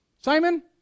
Simon